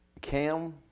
Cam